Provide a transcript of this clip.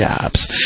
jobs